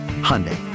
Hyundai